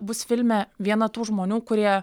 bus filme viena tų žmonių kurie